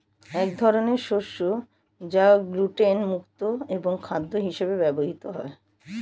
এক ধরনের শস্য যা গ্লুটেন মুক্ত এবং খাদ্য হিসেবে ব্যবহৃত হয়